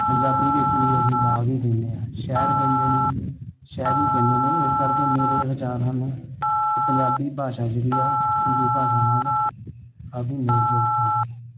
ਪੰਜਾਬੀ ਵਿੱਚ ਵੀ ਅਸੀਂ ਬਾਹਰ ਹੀ ਕਹਿੰਦੇ ਹਾਂ ਸ਼ਹਿਰ ਕਹਿੰਦੇ ਨੇ ਸ਼ਹਿਰੀ ਕਹਿੰਦੇ ਨੇ ਇਸ ਕਰਕੇ ਮੇਰੇ ਇਹ ਵਿਚਾਰ ਹਨ ਕਿ ਪੰਜਾਬੀ ਭਾਸ਼ਾ ਜਿਹੜੀ ਆ ਹਿੰਦੀ ਭਾਸ਼ਾ ਨਾਲ ਕਾਫੀ ਮੇਲ ਜੋਲ ਖਾਂਦੀ ਹੈ